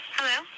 Hello